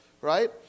right